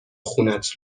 خونت